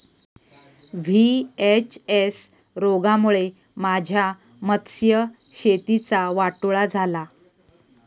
VHS रोगामुळे माझ्या मत्स्यशेतीचा वाटोळा झाला